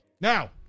now